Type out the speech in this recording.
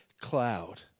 cloud